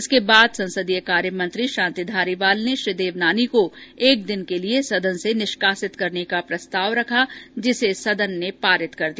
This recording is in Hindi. इसके बाद संसदीय कार्य मंत्री शांति धारीवाल ने श्री देवनानी को एक दिन के लिए सदन से निष्कासित रखने का प्रस्ताव रखा जिसे सदन ने पास कर दिया